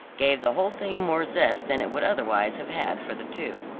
gave the whole thing more zest than it would otherwise have had for the two.